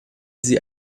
sie